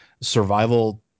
Survival